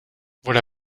voilà